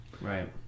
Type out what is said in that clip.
right